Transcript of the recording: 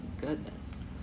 goodness